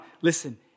Listen